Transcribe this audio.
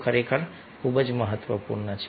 ખરેખર ખૂબ જ મહત્વપૂર્ણ છે